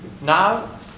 Now